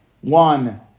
one